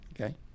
Okay